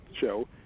show